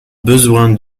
besoin